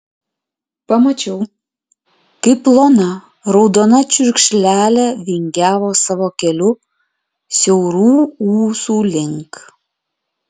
pamačiau kaip plona raudona čiurkšlelė vingiavo savo keliu siaurų ūsų link